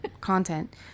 content